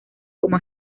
como